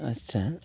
ᱟᱪᱪᱷᱟ